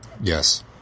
Yes